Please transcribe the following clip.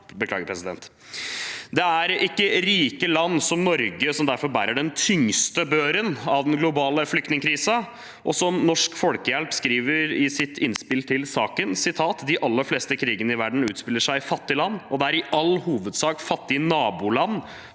derfor ikke rike land som Norge som bærer den tyngste børen ved den globale flyktningkrisen. Som Norsk Folkehjelp skriver i sitt innspill til saken: «De aller fleste krigene i verden utspiller seg i fattige land, og det er i all hovedsak fattige naboland